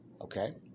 Okay